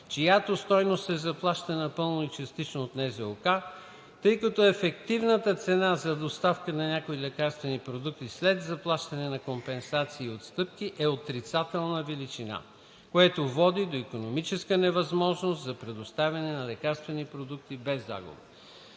чиято стойност се заплаща напълно или частично от НЗОК, тъй като ефективната цена за доставка на някои лекарствени продукти след заплащане на компенсации и отстъпки е отрицателна величина, което води до икономическа невъзможност за предоставяне на лекарствени продукти без загуба.